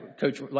Coach